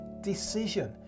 decision